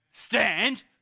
stand